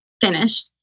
finished